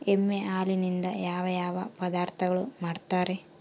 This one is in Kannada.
ಎಮ್ಮೆ ಹಾಲಿನಿಂದ ಯಾವ ಯಾವ ಪದಾರ್ಥಗಳು ಮಾಡ್ತಾರೆ?